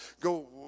go